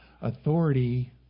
authority